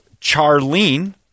Charlene